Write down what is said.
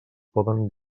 poden